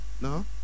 no